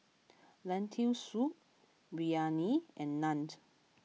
Lentil Soup Biryani and Naan